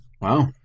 Wow